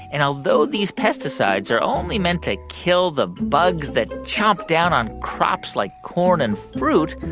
and although these pesticides are only meant to kill the bugs that chomp down on crops like corn and fruit,